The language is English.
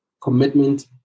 Commitment